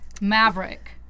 Maverick